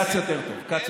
כץ יותר טוב.